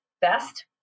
best